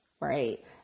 right